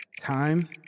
Time